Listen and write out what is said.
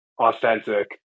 authentic